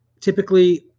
typically